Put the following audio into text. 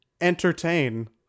entertain